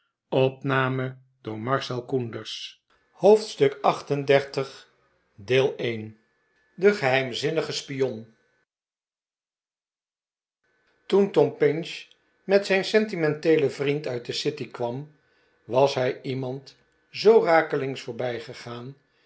hoofdstuk xxxviii de geheimzinnige spion toen tom pinch met zijn sentimenteelen vriend uit de city kwam was hij iemand zoo rakelings voorbijgegaan